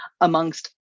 amongst